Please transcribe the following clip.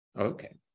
Okay